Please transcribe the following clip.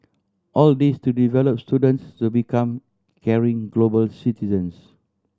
all this to develop students to become caring global citizens